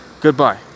goodbye